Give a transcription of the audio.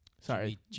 Sorry